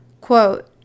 quote